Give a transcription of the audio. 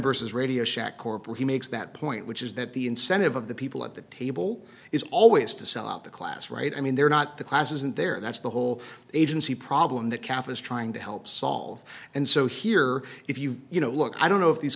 versus radio shack corporate he makes that point which is that the incentive of the people at the table is always to stop the class right i mean they're not the class isn't there that's the whole agency problem that kathy is trying to help solve and so here if you you know look i don't know if these